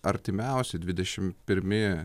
artimiausi dvidešim pirmi